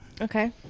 Okay